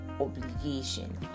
obligation